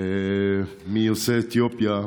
מיוצאי אתיופיה.